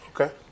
Okay